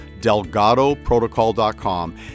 DelgadoProtocol.com